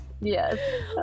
yes